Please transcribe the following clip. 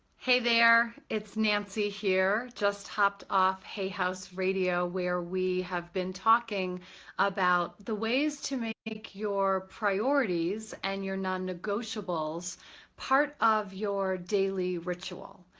hey there, it's nancy here, just hopped off hay house radio where we have been talking about the ways to make your priorities and your non-negotiables part of your daily ritual.